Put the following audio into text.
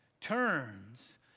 turns